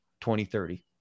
2030